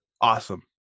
awesome